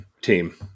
team